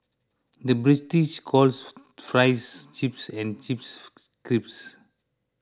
the British calls Fries Chips and Chips Crisps